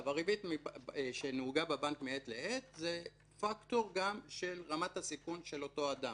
הריבית שנהוגה בבנק מעת לעת זה גם פקטור של רמת הסיכון של אותו אדם.